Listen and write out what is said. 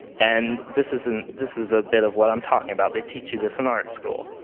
and this is and this is a bit of what i'm talking about. they teach you this in art school.